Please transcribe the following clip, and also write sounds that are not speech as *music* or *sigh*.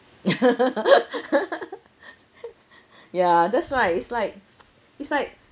*laughs* ya that's why it's like it's like